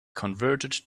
converted